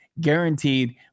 guaranteed